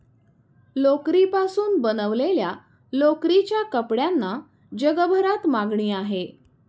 लोकरीपासून बनवलेल्या लोकरीच्या कपड्यांना जगभरात मागणी आहे